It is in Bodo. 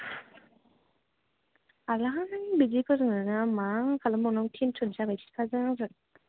हालाहाय बिदि फोरोंनोनो मा खालाम बावनांगौ टेनसन सो जाबाय बिफाजों आंजों